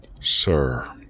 sir